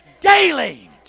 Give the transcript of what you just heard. daily